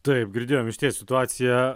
taip girdėjom išties situacija